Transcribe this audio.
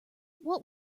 what